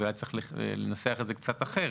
היה צריך לנסח את זה קצת אחרת.